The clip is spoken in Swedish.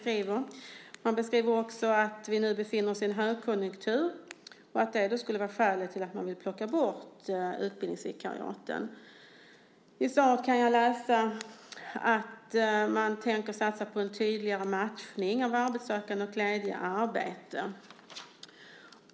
Det sägs också att vi nu befinner oss i en högkonjunktur och att det skulle vara skälet till att man vill plocka bort utbildningsvikariaten. Man tänker satsa på en tydligare matchning av arbetssökande och på glädje i arbetet.